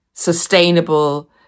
sustainable